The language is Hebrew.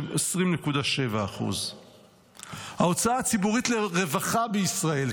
20.7%. ההוצאה הציבורית לרווחה בישראל,